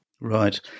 Right